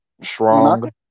strong